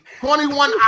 21